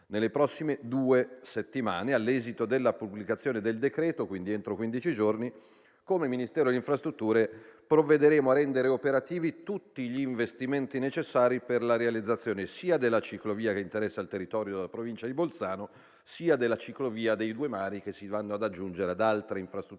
nelle prossime due settimane. All'esito della pubblicazione del decreto, quindi entro quindici giorni, come Ministero dell'infrastrutture provvederemo a rendere operativi tutti gli investimenti necessari per la realizzazione sia della ciclovia che interessa il territorio della Provincia di Bolzano sia della ciclovia dei due mari, che si vanno ad aggiungere ad altre infrastrutture